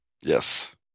Yes